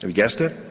um guessed it?